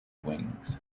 wings